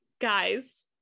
guys